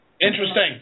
Interesting